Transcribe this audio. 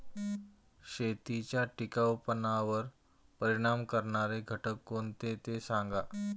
शेतीच्या टिकाऊपणावर परिणाम करणारे घटक कोणते ते सांगा